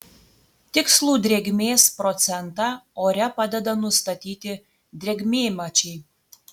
tikslų drėgmės procentą ore padeda nustatyti drėgmėmačiai